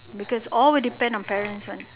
because all will depend on parents [one]